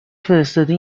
فرستادی